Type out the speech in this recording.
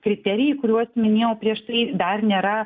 kriterijai kuriuos minėjau prieš tai dar nėra